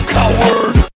coward